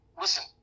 listen